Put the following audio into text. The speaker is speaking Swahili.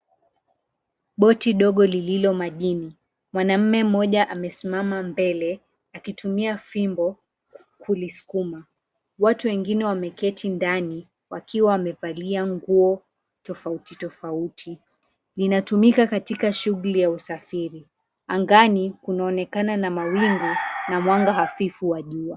Boti dogo lililo majini. mwanamme mmoja amesimama mbele akitumia fimbo kulisukuma. Watu wengine wameketi ndani wakiwa wamevalia nguo tofauti tofauti. Linatumika katika shughuli ya usafiri. Angani kunaonekana na mawingu na mwanga hafifu wa jua.